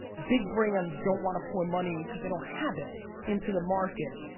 big brands don't wanna pour money because they don't have it into the market.